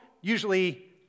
usually